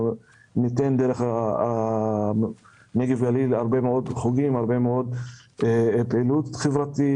ניתן דרך נגב גליל הרבה מאוד חוגים והרבה מאוד פעילות חברתית.